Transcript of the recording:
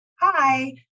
hi